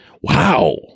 wow